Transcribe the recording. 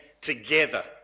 together